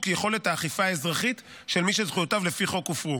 יכולת האכיפה האזרחית של מי שזכויותיו לפי חוק הופרו.